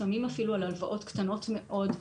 לפעמים אפילו על הלוואות קטנות מאוד.